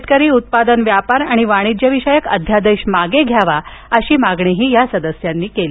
शेतकरी उत्पादन व्यापार आणि वाणिज्यविषयक अध्यादेश मागे घेण्याची मागणी त्यांनी केली